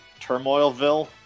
Turmoilville